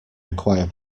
require